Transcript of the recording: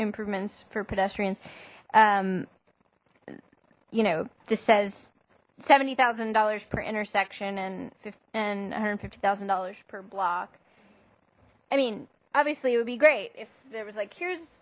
improvements for pedestrians you know this says seventy thousand dollars per intersection and one hundred and fifty thousand dollars per block i mean obviously it would be great if there was like here's